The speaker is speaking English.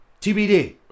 TBD